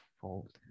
fold